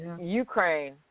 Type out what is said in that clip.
Ukraine